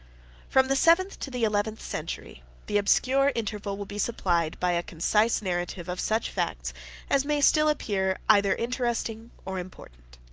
from the seventh to the eleventh century, the obscure interval will be supplied by a concise narrative of such facts as may still appear either interesting or important.